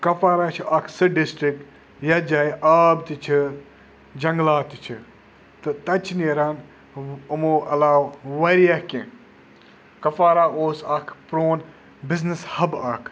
کَپوارہ چھِ اَکھ سُہ ڈِسٹِرٛک یَتھ جایہِ آب تہِ چھِ جنٛگلات تہِ چھِ تہٕ تَتہِ چھِ نیران یِمو علاوٕ واریاہ کیٚنٛہہ کَپوارہ اوس اَکھ پرٛون بِزنِس ہَب اَکھ